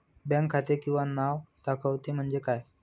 Bank खाते किंवा नाव दाखवते म्हणजे काय?